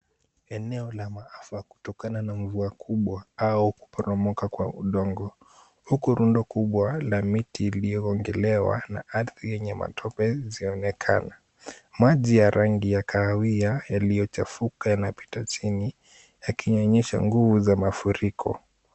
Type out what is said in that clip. Eneo la maafa kutokana na mvua kubwa au kuporomoka kwa udongo, huku rundo kubwa la miti iliyoogelewa na ardhi yenye matope zaonekana. Maji ya rangi ya kahawia yaliyochafuka yanapita chini yakionyesha nguvu za mafuriko.